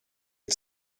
had